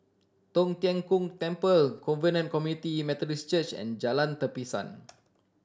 Tong Tien Kung Temple Covenant Community Methodist Church and Jalan Tapisan